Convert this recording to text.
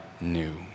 new